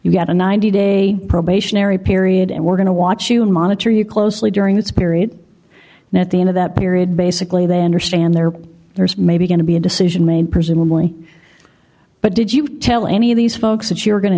you got a ninety day probationary period and we're going to watch you monitor you closely during this period and at the end of that period basically they understand there there's maybe going to be a decision made presumably but did you tell any of these folks that you're going to